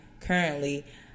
currently